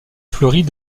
fleurit